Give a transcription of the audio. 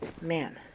Man